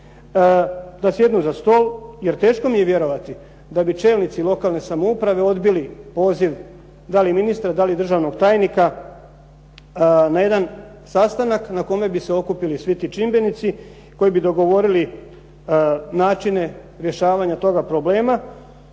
da sjednu za stol. Jer teško mi je vjerovati da bi čelnici lokalne samouprave odbili poziv da li ministra, da li državnog tajnika na jedan sastanak na kome bi se okupili svi ti čimbenici koji bi dogovorili načine rješavanja toga problema